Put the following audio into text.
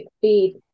feed